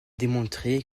démontré